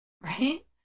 right